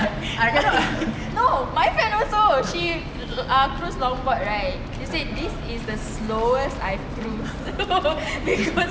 no my friend also she uh cruise longboard right she said this is the slowest I've cruise because